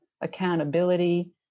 accountability